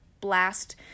blast